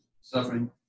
suffering